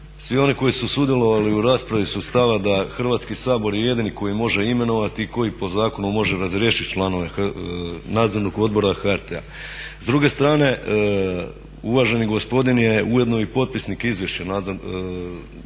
svi oni koji su sudjelovali u raspravi su stava da Hrvatski sabor je jedini koji može imenovati i koji po zakonu može razriješiti članove Nadzornog odbora HRT-a. S druge strane uvaženi gospodin je ujedno i potpisnik izvješća nadzornog odbora